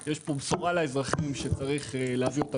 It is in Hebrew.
יש פה בשורה לאזרחים שצריך להעביר אותה